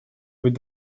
быть